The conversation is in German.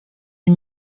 die